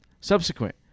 subsequent